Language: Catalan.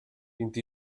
vint